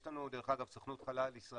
יש לנו, דרך אגב, סוכנות חלל ישראלית